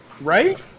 Right